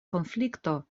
konflikto